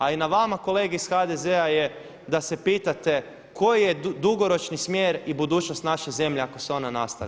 A i na vama kolege iz HDZ-a je da se pitate koji je dugoročni smjer i budućnost naše zemlje ako se ona nastavi.